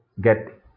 get